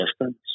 distance